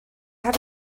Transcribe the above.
had